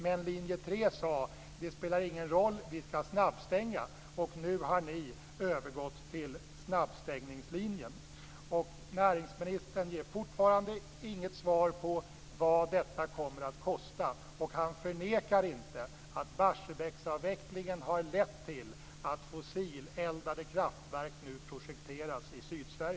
Men linje 3 sade att det spelar ingen roll - vi skall snabbstänga. Och nu har ni övergått till snabbstängningslinjen. Näringsministern ger fortfarande inget svar på frågan om vad detta kommer att kosta. Han förnekar inte heller att Barsebäcksavvecklingen har lett till att fossileldade kraftverk nu projekteras i Sydsverige.